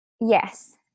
Yes